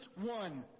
one